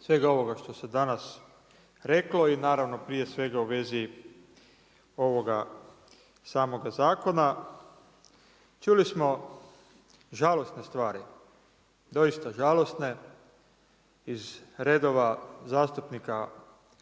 svega ovoga što se danas reklo i naravno, prije svega u vezi ovoga samoga zakona. Čuli smo, žalosne stvari, doista žalosne iz redova zastupnika